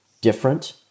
different